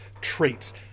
traits